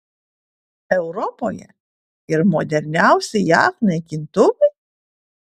europoje ir moderniausi jav naikintuvai